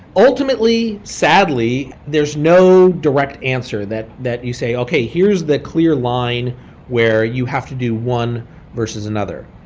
ultimately, sadly, there's no direct answer that that you say, okay, here's the clear line where you have to do one versus another.